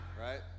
right